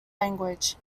language